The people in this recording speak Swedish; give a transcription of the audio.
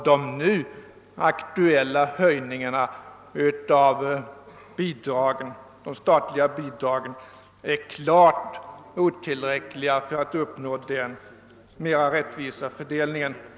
De aktuella höjningarna av de statliga bidragen är klart otillräckliga för att denna mer rättvisa fördelning skall uppnås.